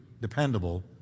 Dependable